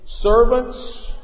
Servants